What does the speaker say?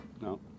No